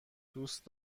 دوست